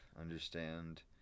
understand